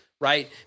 right